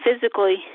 physically